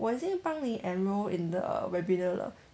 我已经帮你 enrol in the webinar 了